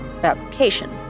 fabrication